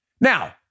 Now